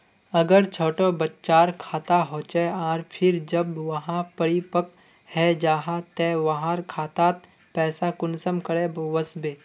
अगर छोटो बच्चार खाता होचे आर फिर जब वहाँ परिपक है जहा ते वहार खातात पैसा कुंसम करे वस्बे?